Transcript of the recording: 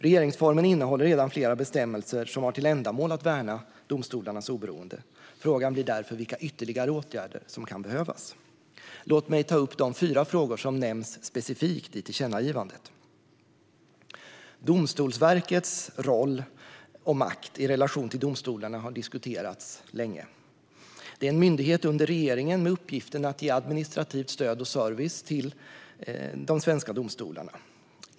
Regeringsformen innehåller redan flera bestämmelser som har till ändamål att värna domstolarnas oberoende. Frågan blir därför vilka ytterligare åtgärder som kan behövas. Låt mig ta upp de fyra frågor som nämns specifikt i tillkännagivandet. Domstolsverkets roll och makt i relation till domstolarna har diskuterats länge. Det är en myndighet under regeringen med uppgiften att ge administrativt stöd och service till de svenska domstolarna.